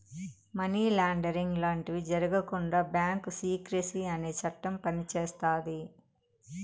money laundering లాంటివి జరగకుండా bank secrecy అనే చట్టం పనిచేస్తాది